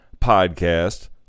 podcast